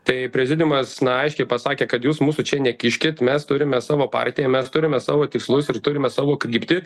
tai prezidiumas aiškiai pasakė kad jūs mūsų čia nekiškit mes turime savo partiją mes turime savo tikslus ir turime savo kryptį